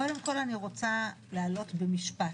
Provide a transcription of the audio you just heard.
קודם כל אני רוצה להעלות במשפט,